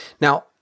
now